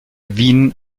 wien